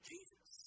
Jesus